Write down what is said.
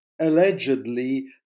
Allegedly